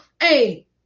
Hey